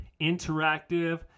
interactive